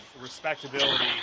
respectability